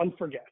unforget